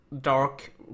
dark